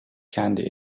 candy